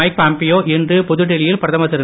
mic Pompeo இன்று புதுடெல்லியில் பிரதமர் திரு